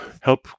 help